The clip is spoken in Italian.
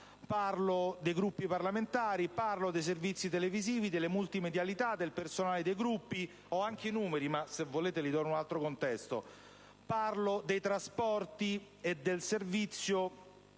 dei Gruppi parlamentari, dei servizi televisivi, delle multimedialità, del personale dei Gruppi